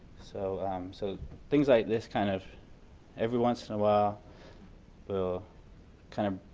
so so things like this kind of every once in a while ah will kind of